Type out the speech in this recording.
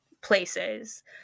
places